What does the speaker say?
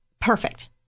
perfect